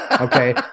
okay